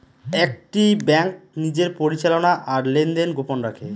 একটি ব্যাঙ্ক নিজের পরিচালনা আর লেনদেন গোপন রাখে